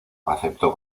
aceptó